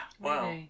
Wow